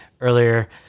earlier